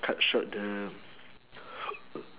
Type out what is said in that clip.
cut short the